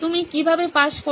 তুমি কিভাবে পাশ করবে